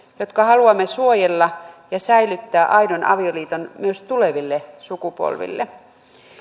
jotka haluamme suojella ja säilyttää aidon avioliiton myös tuleville sukupolville